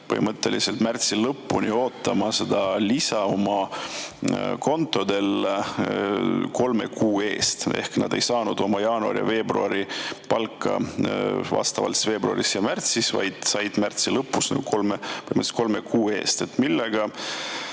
põhimõtteliselt märtsi lõpuni ootama seda lisa oma kontodele kolme kuu eest. Nad ei saanud oma jaanuari ja veebruari palka vastavalt veebruaris ja märtsis, vaid said märtsi lõpus kolme kuu eest. Millest